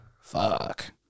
Fuck